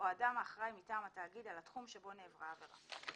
או אדם האחראי מטעם התאגיד על התחום שבו נעברה העבירה.